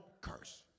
curse